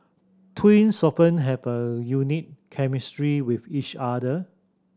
twins often have a unique chemistry with each other